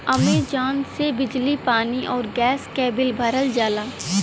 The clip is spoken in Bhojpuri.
अमेजॉन पे से बिजली पानी आउर गैस क बिल भरल जाला